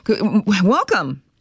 Welcome